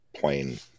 plain